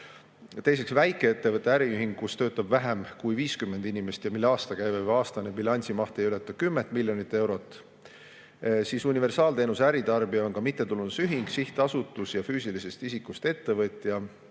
Teiseks, väikeettevõttele ehk äriühingule, kus töötab vähem kui 50 inimest ja mille aastakäive või aastane bilansimaht ei ületa 10 miljonit eurot. Universaalteenuse äritarbija on ka mittetulundusühing, sihtasutus ja füüsilisest isikust ettevõtja,